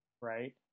right